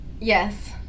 Yes